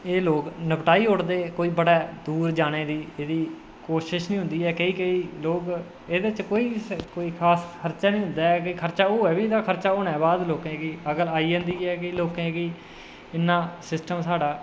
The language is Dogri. एह् लोग निपटाई ओड़दे कोई बड़ा दूर जाने दी एह्दी कोशिश निं होंदी ऐ केईं केईं लोग एहह्दे च कोई खास खर्चा निं होंदा ऐ होऐ बी ते होने दे बाद लोकें गी अकल आई जंदी ऐ लोकें गी की इन्ना सिस्टम साढ़ा